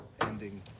ending